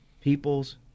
people's